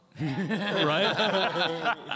Right